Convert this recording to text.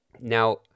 Now